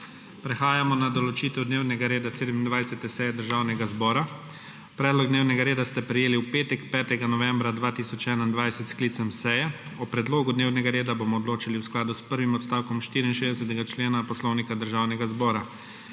Prehajamo na **določitev dnevnega reda** 27. seje Državnega zbora. Predlog dnevnega reda ste prejeli v petek, 5. novembra 2021, s sklicem seje. O predlogu dnevnega reda bomo odločali v skladu s prvim odstavkom 64. člena Poslovnika Državnega zbora.